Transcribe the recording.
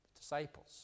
Disciples